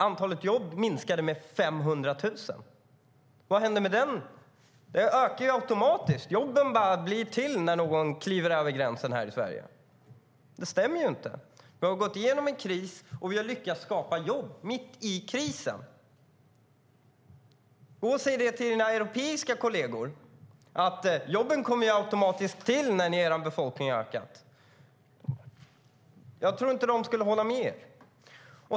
Antalet jobb minskade med 500 000. Vad hände? Det skulle ju öka automatiskt. Jobben blir till när någon kliver över gränsen till Sverige. Det stämmer inte. Vi har gått igenom en kris, och vi har lyckats skapa jobb mitt i krisen. Gå och säg till era europeiska kolleger att jobben kommer automatiskt när befolkningen ökar. Jag tror inte att de skulle hålla med.